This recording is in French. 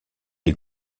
des